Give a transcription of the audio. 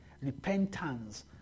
Repentance